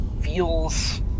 feels